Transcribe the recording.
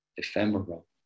ephemeral